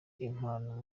impano